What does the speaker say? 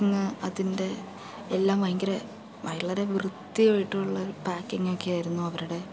packing അതിൻ്റെ എല്ലാം ഭയങ്കര വളരെ വൃത്തിയായിട്ടുള്ള പാക്കിങ്ങൊക്കെ ആയിരുന്നു അവരുടെ